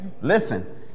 Listen